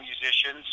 musicians